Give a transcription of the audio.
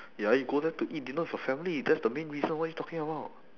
ya you go there to eat dinner with your family that's the main reason what you talking about